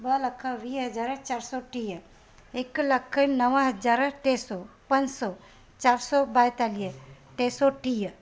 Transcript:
ॿ लख वीह हज़ार चारि सौ टीह हिकु लख नव हज़ार टे सौ पंज सौ चारि सौ ॿाएतालीह टे सौ टीह